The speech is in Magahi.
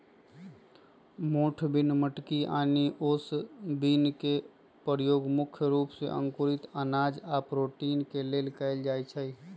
मोठ बिन मटकी आनि ओस बिन के परयोग मुख्य रूप से अंकुरित अनाज आ प्रोटीन के लेल कएल जाई छई